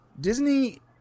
Disney